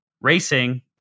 racing